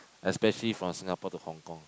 especially for Singapore to Hong-Kong